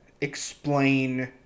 explain